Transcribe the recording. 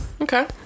Okay